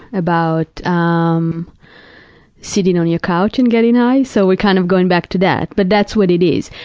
about um sitting on your couch and getting high, so we're kind of going back to that, but that's what it is.